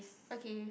okay